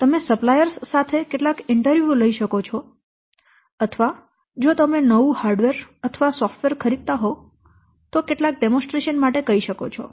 તમે સપ્લાયર્સ સાથે કેટલાક ઇન્ટરવ્યુ લઈ શકો છો અથવા જો તમે નવું હાર્ડવેર અથવા સોફ્ટવેર ખરીદતા હોવ તો કેટલાક પ્રદર્શન માટે કહી શકો છો